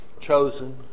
chosen